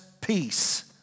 peace